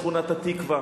שכונת-התקווה.